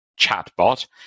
chatbot